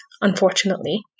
unfortunately